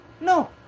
No